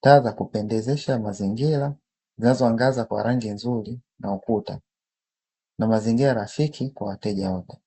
taa za kupendezesha mazingira zinazoangaza kwa rangi nzuri na ukuta na mazingira rafiki kwa wateja wote.